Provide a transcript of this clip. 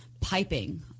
piping